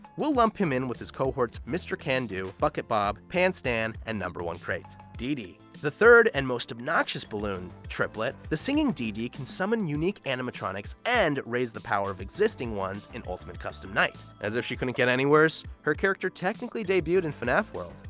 we'll lump him in with his cohorts mr. can-do, bucket bob, pan stan, and no. one crate. dee dee. the third and most obnoxious balloon triplet, the singing dee dee can summon unique animatronics and raise the power of existing ones in ultimate custom night. as if she couldn't get any worse, her character technically debuted in fnaf world,